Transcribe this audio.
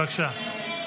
בבקשה.